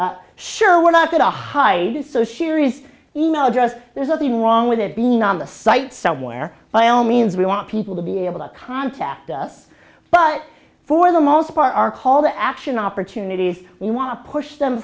sure we're not going to hide so sheri's email address there's nothing wrong with it being number site somewhere by all means we want people to be able to contact us but for the most part our call the action opportunities we want to push them